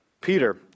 Peter